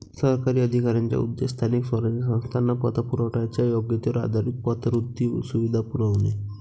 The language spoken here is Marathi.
सरकारी अधिकाऱ्यांचा उद्देश स्थानिक स्वराज्य संस्थांना पतपुरवठ्याच्या योग्यतेवर आधारित पतवृद्धी सुविधा पुरवणे